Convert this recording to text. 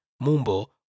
Mumbo